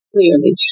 clearly